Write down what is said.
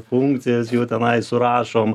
funkcijas jų tenai surašom